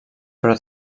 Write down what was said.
però